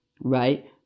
right